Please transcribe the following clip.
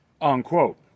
Unquote